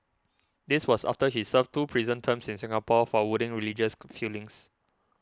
this was after he served two prison terms in Singapore for wounding religious feelings